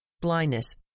blindness